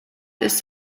ist